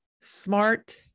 smart